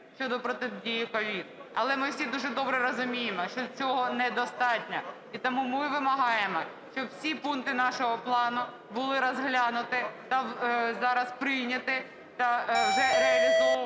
щодо протидії COVID. Але ми всі дуже добре розуміємо, що цього недостатньо, і тому ми вимагаємо, щоб всі пункти нашого плану були розглянуті та зараз прийняті, та вже реалізовувались